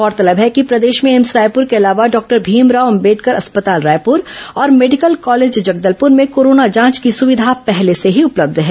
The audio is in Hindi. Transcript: गौरतलब है कि प्रदेश में एम्स रायपुर के अलावा डॉक्टर भीमराव अंबेडकर अस्पताल रायपुर और मेडिकल कॉलेज जगदलपुर में कोरोना जांच की सविधा पहले से ही उपलब्ध है